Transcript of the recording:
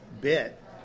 bit